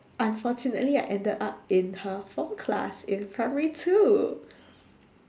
unfortunately I ended up in her form class in primary two